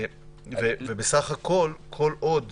בסך הכול, כל עוד